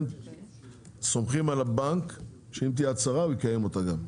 הם סומכים על הבנק שאם תהיה הצהרה הוא גם יקיים אותה גם.